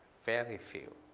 fairly few.